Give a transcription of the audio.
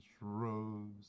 rose